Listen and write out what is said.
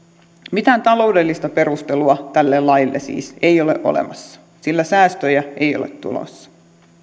mitään taloudellista perustelua tälle laille siis ei ole olemassa sillä säästöjä ei ole tulossa